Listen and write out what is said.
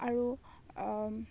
আৰু